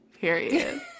Period